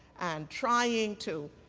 and, trying to,